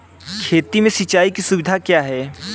खेती में सिंचाई की सुविधा क्या है?